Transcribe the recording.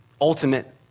Ultimate